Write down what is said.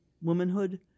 womanhood